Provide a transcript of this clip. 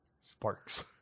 Sparks